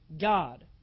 God